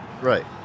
Right